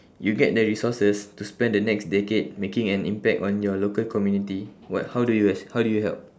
you get the resources to spend the next decade making an impact on your local community what how do you how do you help